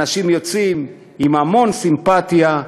אנשים יוצאים עם המון סימפתיה,